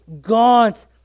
gaunt